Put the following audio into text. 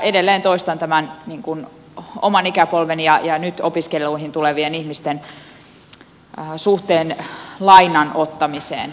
edelleen toistan tämän oman ikäpolveni ja nyt opiskeluihin tulevien ihmisten suhteen lainan ottamiseen